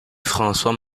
francois